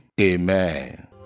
Amen